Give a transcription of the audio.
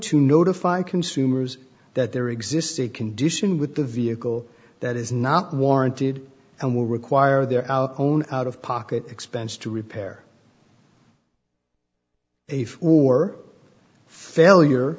to notify consumers that there exists a condition with the vehicle that is not warranted and will require their own out of pocket expense to repair a for failure